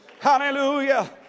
Hallelujah